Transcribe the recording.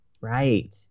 right